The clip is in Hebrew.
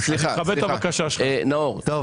היושב ראש